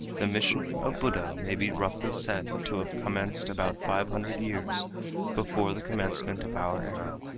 the mission of buddha may be roughly said to have commenced about five hundred years before the commencement of our era,